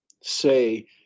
say